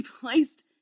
placed